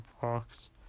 Fox